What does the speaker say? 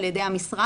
על ידי המשרד,